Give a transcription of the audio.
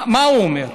מה הוא אומר?